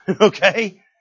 Okay